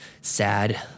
sad